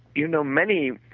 you know many,